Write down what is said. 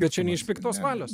bet čia ne iš piktos valios